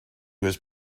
was